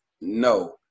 no